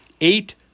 Eight